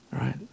right